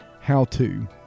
how-to